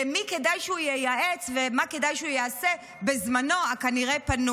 למי כדאי שהוא ייעץ ומה כדאי שהוא יעשה בזמנו הכנראה-פנוי: